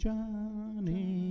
Johnny